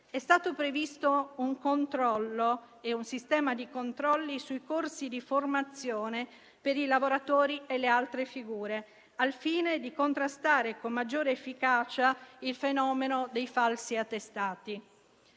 È stato previsto un controllo e un sistema di controlli sui corsi di formazione per i lavoratori e le altre figure, al fine di contrastare con maggiore efficacia il fenomeno dei falsi attestati.